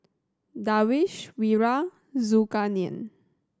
Darwish Wira Zulkarnain